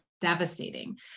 devastating